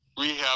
rehab